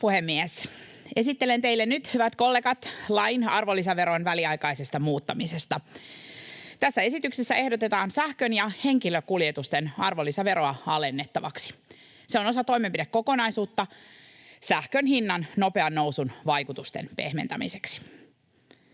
puhemies! Esittelen teille nyt, hyvät kollegat, lain arvonlisäveron väliaikaisesta muuttamisesta: Tässä esityksessä ehdotetaan sähkön ja henkilökuljetusten arvonlisäveroa alennettavaksi. Se on osa toimenpidekokonaisuutta sähkön hinnan nopean nousun vaikutusten pehmentämiseksi.